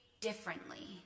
differently